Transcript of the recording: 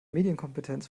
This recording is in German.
medienkompetenz